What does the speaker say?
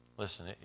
Listen